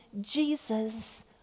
Jesus